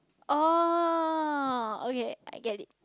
oh okay I get it